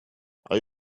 are